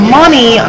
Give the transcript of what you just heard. money